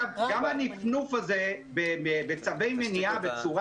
גם הנפנוף הזה בצווי מניעה בצורה